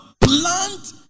Plant